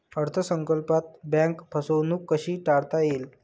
अर्थ संकल्पात बँक फसवणूक कशी टाळता येईल?